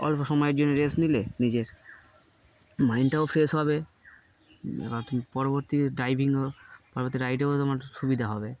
অল্প সময়ের জন্য রেস্ট নিলে নিজের মাইন্ডটাও ফ্রেশ হবে এবারম পরবর্তী ড্রাইভিংও পরবর্তী রাইডেও তোমার সুবিধা হবে